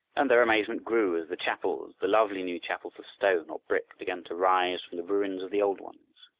and their amazement grew as the chapels, the lovely new chapels of stone or brick, began to rise from the ruins of the old ones.